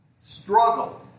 struggle